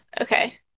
okay